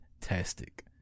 fantastic